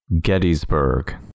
Gettysburg